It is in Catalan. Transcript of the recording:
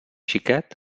xiquet